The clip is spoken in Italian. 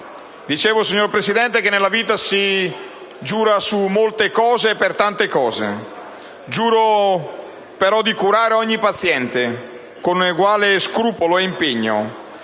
dicevo, signor Presidente, nella vita si giura su molte cose e per tante cose: «Giuro di curare ogni paziente, con eguale scrupolo ed impegno,